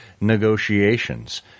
negotiations